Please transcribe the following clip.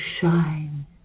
shine